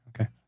Okay